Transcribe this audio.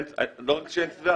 לא רק שאין צוואר,